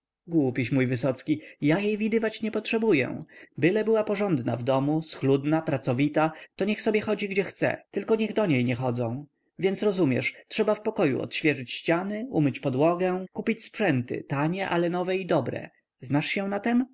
głupiś mój wysocki ja jej widywać nie potrzebuję byle była porządna w domu schludna pracowita to niech sobie chodzi gdzie chce tylko niech do niej nie chodzą więc rozumiesz trzeba w pokoju odświeżyć ściany umyć podłogę kupić sprzęty tanie ale nowe i dobre znasz się